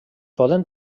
poden